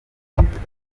bidasanzwe